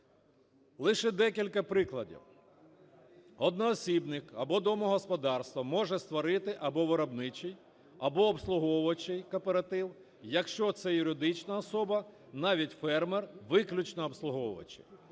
Лише декілька прикладів. Одноосібник або домогосподарство може створити або виробничий, або обслуговуючий кооператив, якщо це юридична особа, навіть фермер – виключно обслуговуючі.